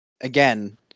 again